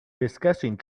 discussing